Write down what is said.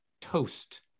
toast